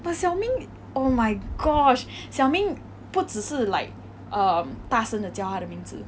but xiao ming oh my gosh xiao ming 不只是大声的叫他的名字